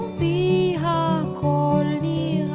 the hull the